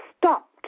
stopped